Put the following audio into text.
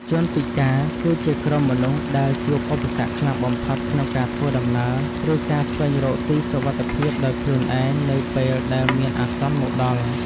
ជនពិការ គឺជាក្រុមមនុស្សដែលជួបឧបសគ្គខ្លាំងបំផុតក្នុងការធ្វើដំណើរ ឬការស្វែងរកទីសុវត្ថិភាពដោយខ្លួនឯងនៅពេលដែលមានអាសន្នមកដល់។